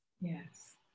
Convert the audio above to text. Yes